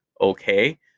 Okay